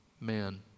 man